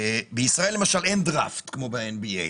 בישראל למשל אין דראפט כמו ב-NBA.